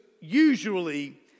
usually